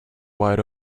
wide